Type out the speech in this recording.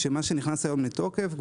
מה שנכנס היום לתוקף,